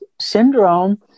syndrome